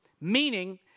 meaning